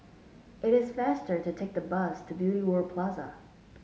it is faster to take the bus to Beauty World Plaza